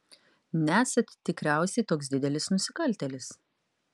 nesat tikriausiai koks didelis nusikaltėlis